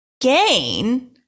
gain